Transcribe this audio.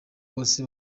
bose